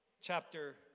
chapter